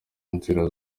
nzira